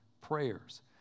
prayers